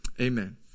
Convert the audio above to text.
Amen